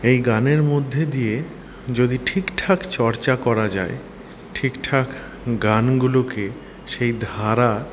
এই গানের মধ্যে দিয়ে যদি ঠিকঠাক চর্চা করা যায় ঠিকঠাক গানগুলোকে সেই ধারা